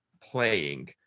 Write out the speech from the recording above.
playing